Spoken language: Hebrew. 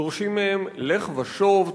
דורשים מהם: לך ושוב,